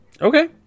Okay